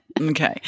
Okay